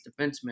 defenseman